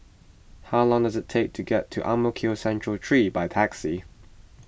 how long does it take to get to Ang Mo Kio Central three by taxi